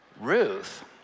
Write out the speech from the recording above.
Ruth